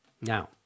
Now